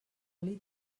oli